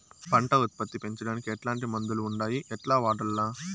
పంట ఉత్పత్తి పెంచడానికి ఎట్లాంటి మందులు ఉండాయి ఎట్లా వాడల్ల?